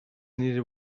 nire